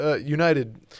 United